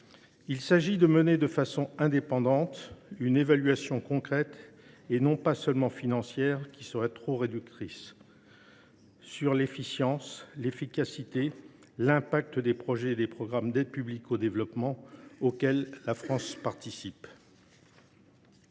Il s’agit de mener de façon indépendante une évaluation concrète et non uniquement financière – ce serait trop réducteur – de l’efficience, de l’efficacité et de l’impact des projets et des programmes d’aide publique au développement auxquels la France participe.